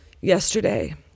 yesterday